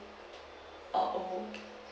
oh